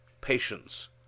patience